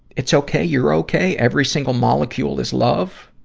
it's okay, you're okay, every single molecule is love,